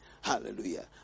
Hallelujah